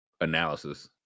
analysis